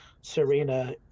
Serena